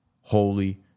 holy